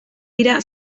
dira